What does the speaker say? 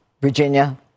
Virginia